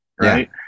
right